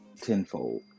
tenfold